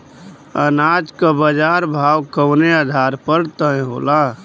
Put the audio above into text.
अनाज क बाजार भाव कवने आधार पर तय होला?